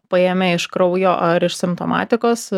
paėmę iš kraujo ar iš simptomatikos